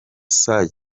saa